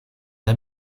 der